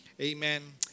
Amen